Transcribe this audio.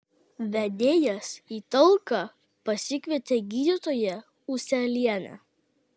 vedėjas į talką pasikvietė gydytoją ūselienę